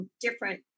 different